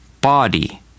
Body